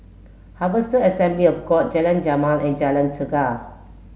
Harvester Assembly of God Jalan Jamal and Jalan Chegar